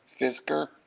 Fisker